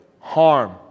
harm